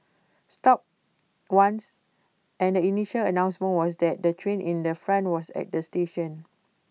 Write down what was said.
stopped once and the initial announcement was that the train in the front was at the station